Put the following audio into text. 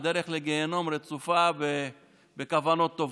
הדרך לגיהינום רצופה כוונות טובות.